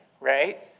Right